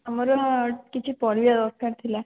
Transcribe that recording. ଆମର କିଛି ପରିବା ଦରକାର ଥିଲା